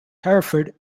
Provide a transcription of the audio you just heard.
hereford